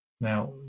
Now